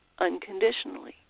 unconditionally